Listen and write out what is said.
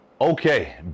Okay